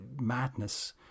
madness